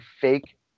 fake